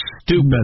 stupid